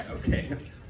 Okay